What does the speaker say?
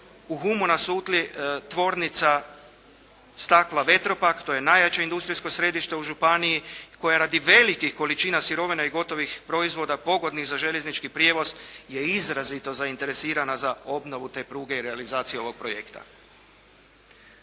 u Humu na Sutli Tvornica stakla "Vetropak", to je najjače industrijsko središte u županiji koja radi velikih količina sirovina i gotovih proizvoda pogodnih za željeznički prijevoz je izrazito zainteresirana za obnovu te pruge i realizaciju ovog projekta.